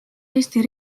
eesti